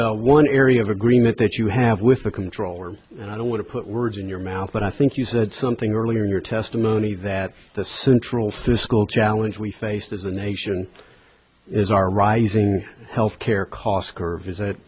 e one area of agreement that you have with the comptroller and i don't want to put words in your mouth but i think you said something earlier in your testimony that the central fiscal challenge we face as a nation is are rising health care cost curve is a